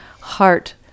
heart